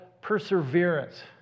perseverance